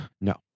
no